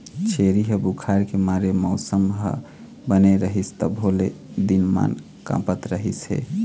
छेरी ह बुखार के मारे मउसम ह बने रहिस तभो ले दिनेमान काँपत रिहिस हे